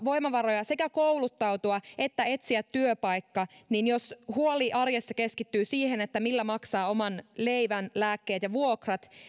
voimavaroja sekä kouluttautua että etsiä työpaikka niin jos huoli arjessa keskittyy siihen millä maksaa oman leivän lääkkeet ja vuokrat